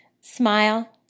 smile